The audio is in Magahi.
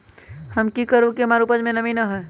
हम की करू की हमार उपज में नमी होए?